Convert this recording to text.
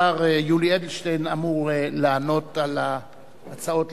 השר יולי אדלשטיין אמור לענות על ההצעות